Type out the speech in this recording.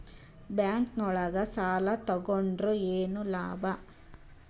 Bank ನೊಳಗ ಸಾಲ ತಗೊಂಡ್ರ ಏನು ಲಾಭ?